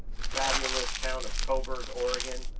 the fabulous town of coburg, oregon,